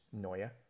noia